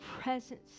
presence